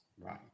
Right